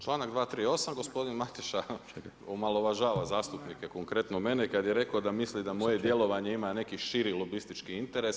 Članak 238. gospodin Mateša omalovažava zastupnike, konkretno mene kada je rekao da misli da moje djelovanje ima neki širi lobistički interes.